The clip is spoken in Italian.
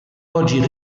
oggi